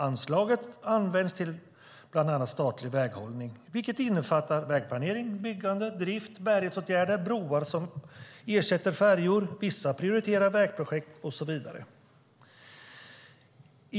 Anslaget används till bland annat statlig väghållning, vilket innefattar vägplanering, byggande, drift, bärighetsåtgärder, broar som ersätter färjor, vissa prioriterade vägprojekt och så vidare.